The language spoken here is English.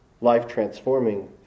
Life-transforming